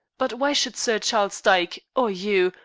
but why should sir charles dyke, or you,